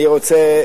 אני רוצה,